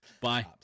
Bye